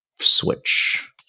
Switch